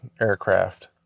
aircraft